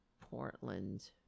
Portland